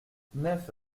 neuf